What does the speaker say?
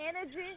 energy